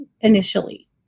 initially